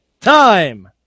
time